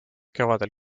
kevadel